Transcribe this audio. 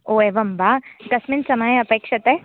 ओ एवं वा तस्मिन् समये अपेक्ष्यते